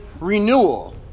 renewal